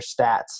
stats